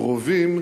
קרובים